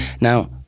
Now